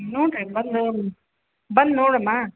ನೋಡಿರಿ ಬಂದು ಬಂದು ನೊಡಮ್ಮ